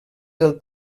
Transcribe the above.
del